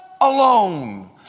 alone